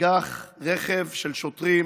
נגח רכב של שוטרים